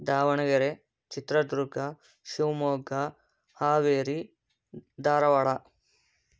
Davanagere Chitradurga Shivamogga Haveri Dharwad